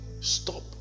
Stop